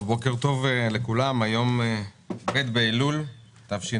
בוקר טוב לכולם, היום ב' באלול תשפ"א,